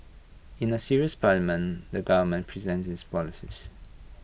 in A serious parliament the government presents its policies